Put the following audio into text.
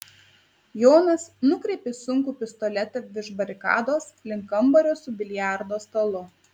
jonas nukreipė sunkų pistoletą virš barikados link kambario su biliardo stalu